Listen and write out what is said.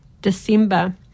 December